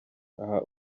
aha